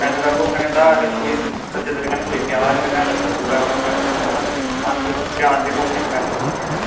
पैसे दा भुक्खा निं होंदा अगर कोई सच्चे दिलै कन्नै प्यार कन्नै अगर कोई सद्दी ओड़े ते उ'ऐ साढ़े आस्तै बड़ा अस प्यार दे भुक्खे न पैसे दे भुक्खे निं हैन